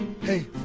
Hey